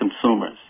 consumers